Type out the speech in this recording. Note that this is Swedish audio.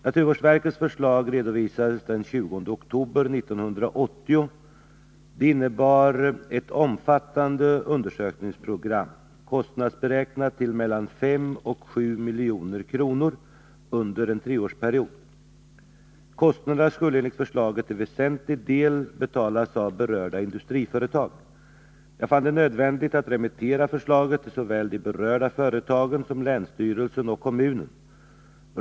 Naturvårdsverkets förslag redovisades den 20 oktober 1980. Det innebar ett omfattande undersökningsprogram, kostnadsberäknat till mellan 5 och 7 milj.kr. under en treårsperiod. Kostnaderna skulle enligt förslaget till väsentlig del betalas av berörda industriföretag. Jag fann det nödvändigt att remittera förslaget till såväl de berörda företagen som länsstyrelsen och kommunen.